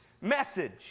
message